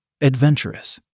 Adventurous